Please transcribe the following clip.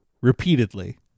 repeatedly